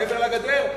מעבר לגדר,